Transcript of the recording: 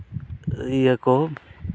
ᱤᱭᱟᱹ ᱠᱚ